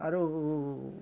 ଆରୁ